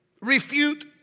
refute